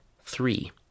Three